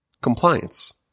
Compliance